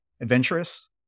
adventurous